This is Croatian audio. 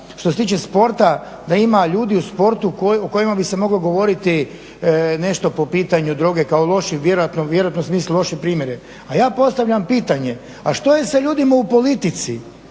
što se tiče sporta, da ima ljudi u sportu o kojima bi se moglo govoriti nešto po pitanju droge kao lošeg, vjerojatno u smislu lošeg primjera. A ja postavljam pitanje a što je sa ljudima u politici?